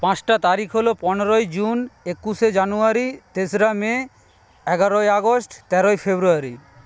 পাঁচটা তারিখ হল পনেরোই জুন একুশে জানুয়ারি তেসরা মে এগারোই আগস্ট তেরোই ফেব্রুয়ারি